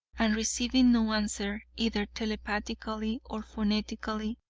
and receiving no answer, either telepathically or phonetically,